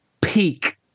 peak